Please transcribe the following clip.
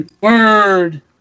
Word